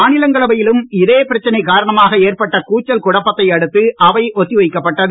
மாநிலங்களவையிலும் இதே பிரச்சனை காரணமாக ஏற்பட்ட கூச்சல் குழப்பதை அடுத்து அவை ஒத்தி வைக்கப்பட்டது